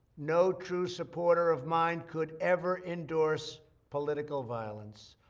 no true supporter of mine could ever endorse political violence.